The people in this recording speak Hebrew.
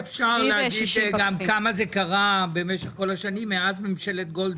אם אפשר להגיש כמה זה קרה משך כל השנים מאז ממשלת גולדה.